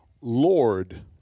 lord